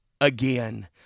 again